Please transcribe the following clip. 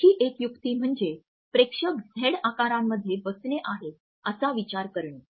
आणखी एक युक्ती म्हणजे प्रेक्षक झेड आकारामध्ये बसले आहेत असा विचार करणे